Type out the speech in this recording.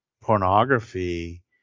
pornography